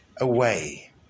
away